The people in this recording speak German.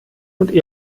und